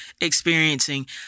experiencing